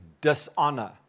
dishonor